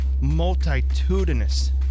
multitudinous